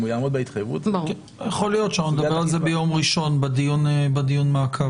יכול להיות שאנחנו נדבר על זה ביום ראשון בדיון מעקב.